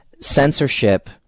censorship